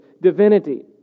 divinity